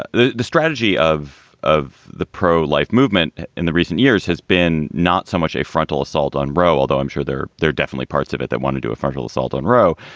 ah the the strategy of of the pro-life movement in the recent years has been not so much a frontal assault on roe, although i'm sure there are definitely parts of it that want to do a frontal assault on roe.